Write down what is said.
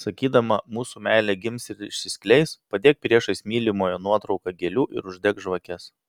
sakydama mūsų meilė gims ir išsiskleis padėk priešais mylimojo nuotrauką gėlių ir uždek žvakes